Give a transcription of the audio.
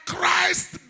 Christ